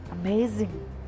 amazing